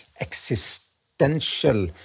existential